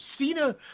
Cena